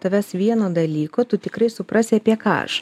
tavęs vieno dalyko tu tikrai suprasi apie ką aš